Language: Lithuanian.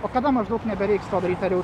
o kada maždaug nebereiks to daryt ar jau